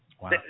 Wow